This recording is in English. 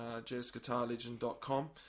jazzguitarlegend.com